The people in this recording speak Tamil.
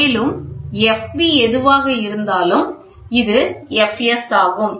மேலும் Fb எதுவாக இருந்தாலும் இது Fs ஆகும்